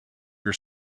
your